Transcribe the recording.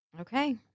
Okay